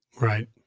Right